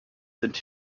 sind